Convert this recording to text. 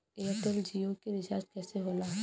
Airtel Jio के recharge कैसे होला?